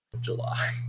July